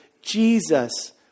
Jesus